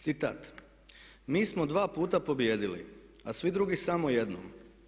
Citat: "Mi smo dva puta pobijedili a svi drugi samo jednom.